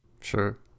Sure